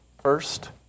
first